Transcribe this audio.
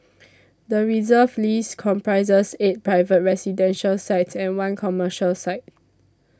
the Reserve List comprises eight private residential sites and one commercial site